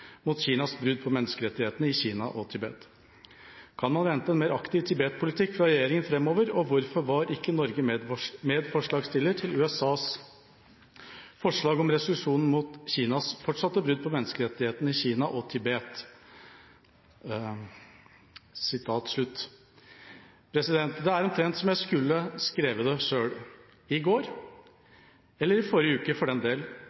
mot Kinas brudd på menneskerettighetene i Kina og Tibet. Kan man vente en mer aktiv Tibet-politikk fra Regjeringen fremover, og hvorfor var ikke Norge medforslag-stiller til USAs forslag om resolusjon mot Kinas fortsatte brudd på menneskerettighetene i Kina og Tibet?» Det er omtrent som jeg skulle skrevet det selv i går – eller i forrige uke for den del.